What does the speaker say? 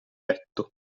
letto